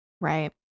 right